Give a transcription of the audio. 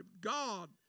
God